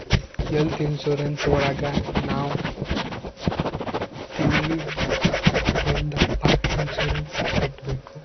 health insurance ಒಳಗ ನಾವ್ ತಿಂಗ್ಳಿಗೊಂದಪ್ಪ ಇನ್ಸೂರೆನ್ಸ್ ಕಟ್ಟ್ಬೇಕು